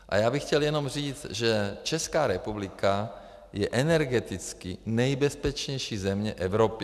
A já bych chtěl jenom říct, že Česká republika je energeticky nejbezpečnější země Evropy.